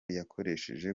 yakoresheje